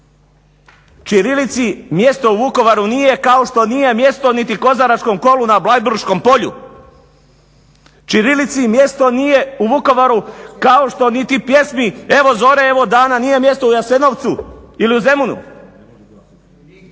Ćirilici mjesto u Vukovaru nije kao što nije mjesto niti kozaračkom kolu na Bleiburškom polju. Ćirilici mjesto nije u Vukovaru kao što niti pjesmi "Evo zore, evo dana" nije mjesto u Jasenovcu ili u Zemunu.